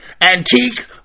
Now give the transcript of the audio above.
Antique